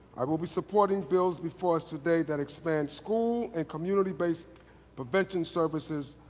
i will be supporting bills before us today, that expand school and community-based prevention services